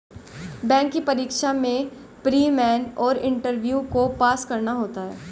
bank की परीक्षा में प्री, मेन और इंटरव्यू को पास करना होता है